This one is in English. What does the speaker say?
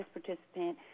participant